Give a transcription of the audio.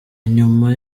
nyuma